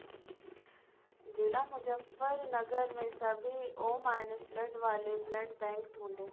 जिला मुजफ़्फ़रनगर में सभी ओ माइनस ब्लड वाले ब्लड बैंक ढूँढें